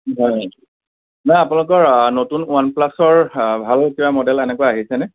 হয় নাই আপোনালোকৰ নতুন ওৱান প্লাছৰ ভাল কিবা মডেল এনেকুৱা আহিছেনে